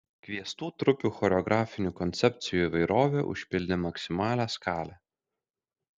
kviestų trupių choreografinių koncepcijų įvairovė užpildė maksimalią skalę